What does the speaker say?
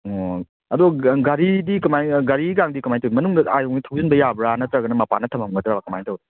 ꯑꯣ ꯑꯗꯣ ꯒꯥꯔꯤꯗꯤ ꯀꯃꯥꯏ ꯒꯥꯔꯤꯒꯗꯤ ꯀꯃꯥꯏꯅ ꯇꯧꯋꯤ ꯃꯅꯨꯡꯗ ꯑꯥ ꯌꯧꯉꯩ ꯊꯧꯖꯟꯕ ꯌꯥꯕ꯭ꯔꯥ ꯅꯠꯇ꯭ꯔꯒꯅ ꯃꯄꯥꯟꯗ ꯊꯃꯝꯒꯗ꯭ꯔꯥ ꯀꯃꯥꯏꯅ ꯇꯧꯋꯤ